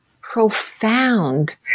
profound